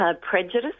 Prejudice